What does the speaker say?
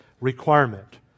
requirement